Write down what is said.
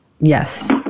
yes